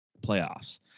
playoffs